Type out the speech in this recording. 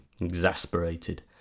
exasperated